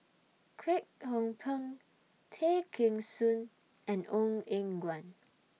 Kwek Hong Png Tay Kheng Soon and Ong Eng Guan